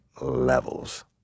levels